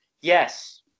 Yes